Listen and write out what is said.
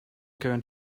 going